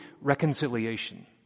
reconciliation